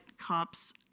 cops